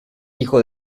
hijo